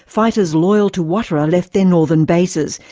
fighters loyal to ouattara left their northern bases,